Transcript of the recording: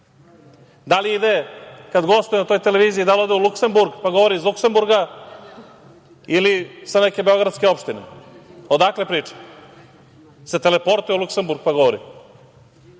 odakle je. Kad gostuje na toj televiziji, da li ode u Luksemburg, pa govori iz Luksemburga ili sa neke beogradske opštine, odakle priča? Da li se teleportuje u Luksemburg, pa govori? Dosta